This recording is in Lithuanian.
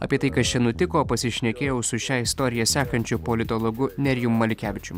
apie tai kas čia nutiko pasišnekėjau su šią istoriją sekančiu politologu nerijum maliukevičium